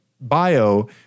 bio